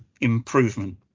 improvement